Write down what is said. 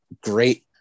great